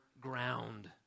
ground